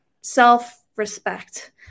self-respect